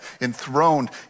enthroned